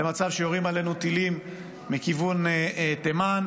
למצב שיורים עלינו טילים מכיוון תימן,